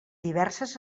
diverses